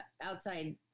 outside